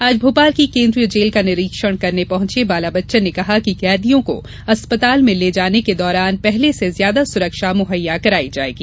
आज भोपाल की केन्द्रीय जेल का निरीक्षण करने पहुंचे बाला बच्चन ने कहा कि कैदियों को अस्पताल में ले जाने के दौरान पहले से ज्यादा सुरक्षा मुहैया कराई जायेगी